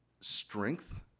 strength